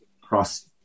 cross